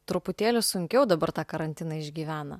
truputėlį sunkiau dabar tą karantiną išgyvena